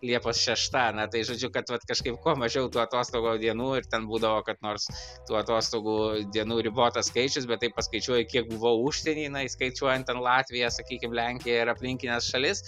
liepos šešta na tai žodžiu kad vat kažkaip kuo mažiau tų atostogo dienų ir ten būdavo kad nors tų atostogų dienų ribotas skaičius bet taip paskaičiuoji kiek buvau užsieny na įskaičiuojant ten latviją sakykim lenkiją ir aplinkines šalis